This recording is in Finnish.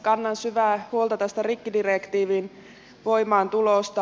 kannan syvää huolta tästä rikkidirektiivin voimaantulosta